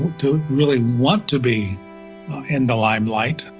to really want to be in the limelight,